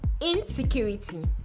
insecurity